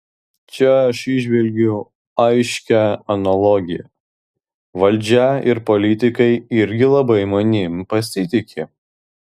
čia aš įžvelgiu aiškią analogiją valdžia ir politikai irgi labai manimi pasitiki